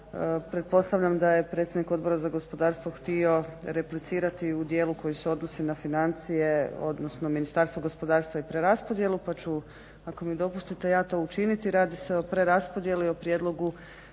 Pretpostavljam da je predsjednik Odbora za gospodarstvo htio replicirati u dijelu koji se odnosi na financije, odnosno Ministarstvo gospodarstva i preraspodjelu pa ću ako mi dopustite ja to učiniti. Radi se o preraspodjeli o prijedlogu